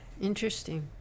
Interesting